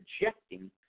rejecting